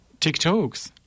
TikToks